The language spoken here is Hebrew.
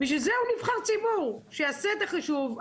בשביל זה הוא נבחר ציבור, שיעשה את החישוב.